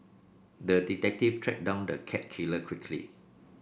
the detective tracked down the cat killer quickly